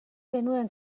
genuen